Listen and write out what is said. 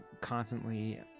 constantly